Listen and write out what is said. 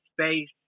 space